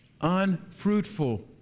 unfruitful